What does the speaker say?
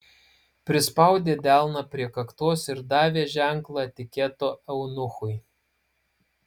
prispaudė delną prie kaktos ir davė ženklą etiketo eunuchui